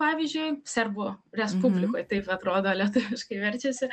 pavyzdžiui serbų respublikoj taip atrodo lietuviškai verčiasi